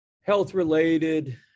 Health-related